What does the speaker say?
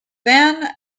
van